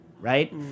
right